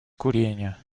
курения